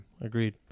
agreed